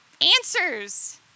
answers